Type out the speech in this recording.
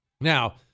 Now